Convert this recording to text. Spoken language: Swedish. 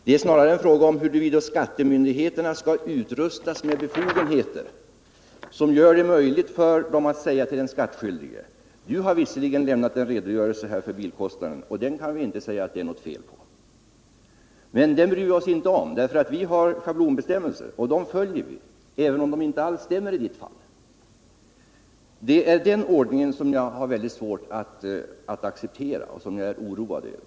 Den gäller främst huruvida skattemyndigheterna skall utrustas med befogenheter som gör det möjligt för dem att säga till den skattskyldige: Du har visserligen lämnat en redogörelse för bilkostnaden, och den kan vi inte påstå att det är något fel på, men vi bryr oss inte om den, därför att vi har schablonbestämmelser som vi följer även om de inte alls stämmer i ditt fall. Det är den ordningen som jag har väldigt svårt att acceptera och som jag är oroad över.